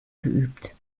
geübt